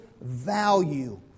value